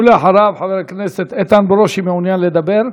ואחריו, חבר הכנסת איתן ברושי, מעוניין לדבר?